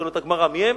שואלת הגמרא: מיהם?